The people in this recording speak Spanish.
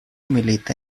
milita